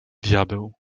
diabeł